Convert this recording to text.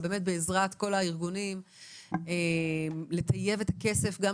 שדאגו בעזרת כל הארגונים לטייב את הכסף גם